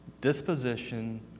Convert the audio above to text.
Disposition